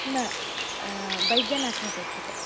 न बैद्यनाथ अपेक्ष्यते